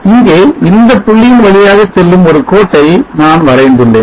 இங்கே இந்த புள்ளியின் வழியாக செல்லும் ஒரு கோட்டை நான் வரைந்துள்ளேன்